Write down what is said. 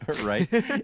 right